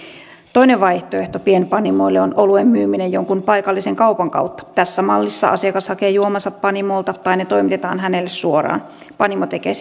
toinen vaihtoehto pienpanimoille on oluen myyminen jonkun paikallisen kaupan kautta tässä mallissa asiakas hakee juomansa panimolta tai ne toimitetaan hänelle suoraan panimo tekee